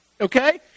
okay